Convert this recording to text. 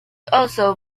also